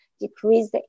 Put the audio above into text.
decrease